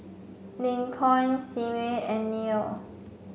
Lincoln Symone and Neil